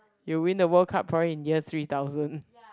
you win the World Cup probably in year three thousand